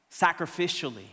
sacrificially